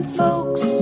folks